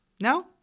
No